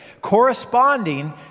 corresponding